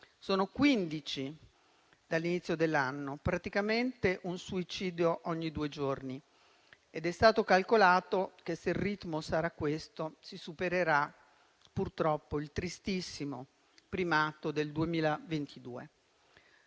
sono 15 dall'inizio dell'anno, praticamente un suicidio ogni due giorni ed è stato calcolato che, se il ritmo sarà questo, purtroppo si supererà il tristissimo primato del 2022.